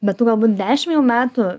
bet tu galbūt dešim jau metų